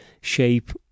shape